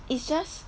it's just